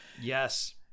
yes